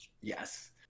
yes